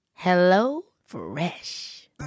HelloFresh